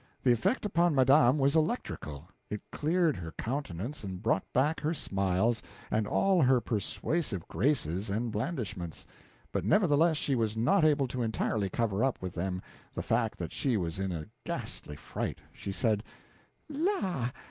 the effect upon madame was electrical. it cleared her countenance and brought back her smiles and all her persuasive graces and blandishments but nevertheless she was not able to entirely cover up with them the fact that she was in a ghastly fright. she said la,